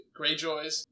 Greyjoys